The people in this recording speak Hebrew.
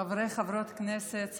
חברות וחברי הכנסת,